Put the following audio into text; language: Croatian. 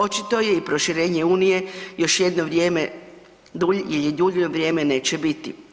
Očito je i proširenje Unije još jedno vrijeme ili dulje vrijeme neće biti.